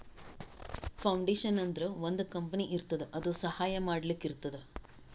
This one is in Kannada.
ಫೌಂಡೇಶನ್ ಅಂದುರ್ ಒಂದ್ ಕಂಪನಿ ಇರ್ತುದ್ ಅದು ಸಹಾಯ ಮಾಡ್ಲಕ್ ಇರ್ತುದ್